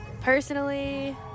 Personally